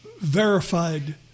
verified